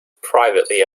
privately